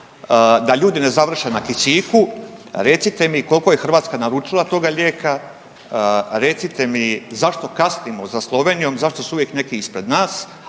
da ljudi ne završe na kisiku. Recite mi koliko je Hrvatska naručila toga lijeka? Recite mi zašto kasnimo za Slovenijom, zašto su uvijek neki ispred nas,